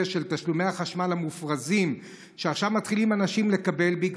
של תשלומי החשמל המופרזים שאנשים מתחילים לקבל עכשיו